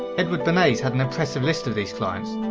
edward bernays had an impressive list of these clients,